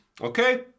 okay